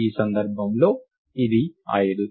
ఈ సందర్భంలో ఇది 5